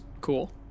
cool